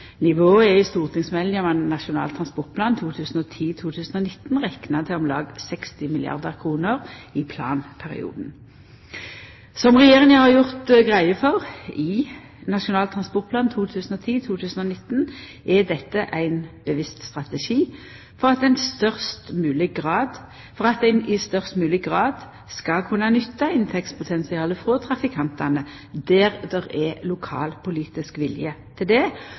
Nivået er i stortingsmeldinga om Nasjonal transportplan 2010–2019 rekna til om lag 60 milliardar kr i planperioden. Som Regjeringa har gjort greie for i Nasjonal transportplan 2010–2019, er dette ein bevisst strategi for at ein i størst mogleg grad skal kunna nytta inntektspotensialet frå trafikantane, der det er lokalpolitisk vilje til det,